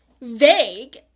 vague